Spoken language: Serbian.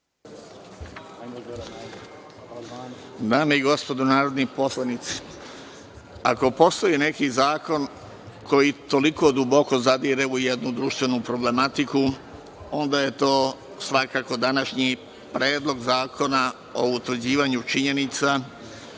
Dame i gospodo narodni poslanici, ako postoji neki zakon koji toliko duboko zadire u jednu društvenu problematiku onda je to svakako današnji Predlog zakona o utvrđivanju činjenica